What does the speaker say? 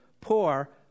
poor